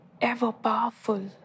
Ever-powerful